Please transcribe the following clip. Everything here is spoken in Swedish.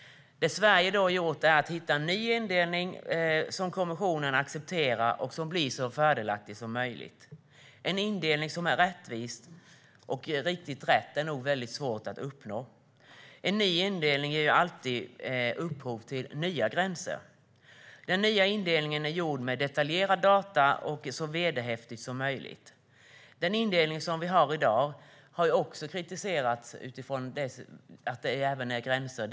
Det Sverige har gjort är att hitta en ny indelning som kommissionen accepterar och som blir så fördelaktig som möjligt. En indelning som är rättvis och helt riktig är nog svår att uppnå. En ny indelning ger alltid upphov till nya gränser. Den nya indelningen är gjord med detaljerade data och är så vederhäftig som möjligt. Även den indelning som vi har i dag har kritiserats utifrån gränserna i det systemet.